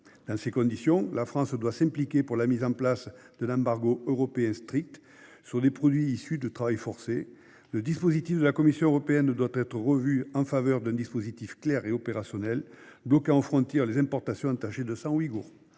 Dans ces conditions, la France doit s'impliquer pour la mise en place d'un embargo européen strict sur les produits issus du travail forcé. Le dispositif de la Commission européenne doit être revu en faveur d'un dispositif clair et opérationnel, bloquant aux frontières les importations entachées de sang ouïghour.